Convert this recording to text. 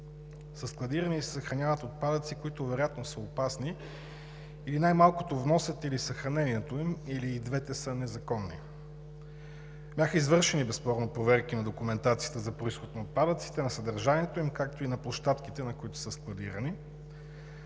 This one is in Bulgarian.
складирани и се съхраняват отпадъци, които вероятно са опасни, или най-малкото вносът или съхранението им, или и двете са незаконни. Бяха извършени, безспорно, проверки на документацията за произход на отпадъците, на съдържанието им, както и на площадките, на които са складирани.